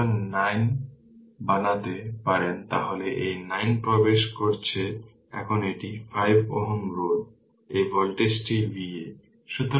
সুতরাং 9 বানাতে পারেন তাহলে এই 9 প্রবেশ করছে তখন এটি 5 Ω রোধ এই ভোল্টেজটি Va